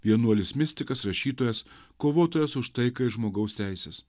vienuolis mistikas rašytojas kovotojas už taiką ir žmogaus teises